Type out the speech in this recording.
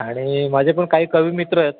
आणि माझे पण काही कवी मित्र आहेत